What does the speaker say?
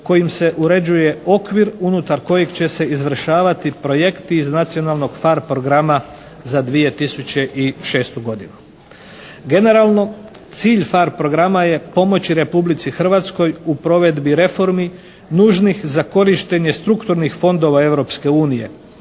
kojim se uređuje okvir unutar kojeg će se izvršavati projekti iz nacionalnog PHARE programa za 2006. godinu. Generalno, cilj PHARE programa je pomoći Republici Hrvatskoj u provedbi reformi nužnih za korištenje strukturnih fondova